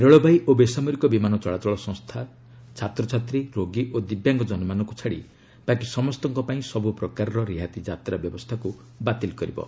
ରେଳବାଇ ଓ ବେସରମାରିକ ବିମାନ ଚଳାଚଳ ସଂସ୍ଥା ଛାତ୍ରଛାତ୍ରୀ ରୋଗୀ ଓ ଦିବ୍ୟାଙ୍ଗଜନମାନଙ୍କୁ ଛାଡ଼ି ବାକି ସମସ୍ତଙ୍କ ପାଇଁ ସବ୍ ପ୍ରକାରର ରିହାତି ଯାତ୍ରା ବ୍ୟବସ୍ଥାକ୍ୱ ବାତିଲ କରିବେ